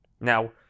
Now